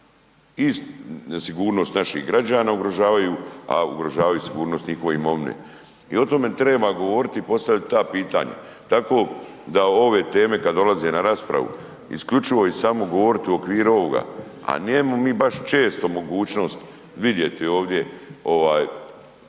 nesigurnost naših građana ugrožavaju, a ugrožavaju i sigurnost njihove imovine. I o tome treba govoriti i postavit ta pitanja. Tako da ove teme kad dolaze na raspravu, isključivo i samo govoriti u okviru ovoga, a nemamo mi baš često mogućnost vidjeti ovaj